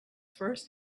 first